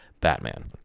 Batman